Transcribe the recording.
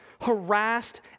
harassed